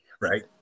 right